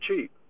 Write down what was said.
cheap